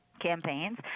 Campaigns